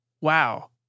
wow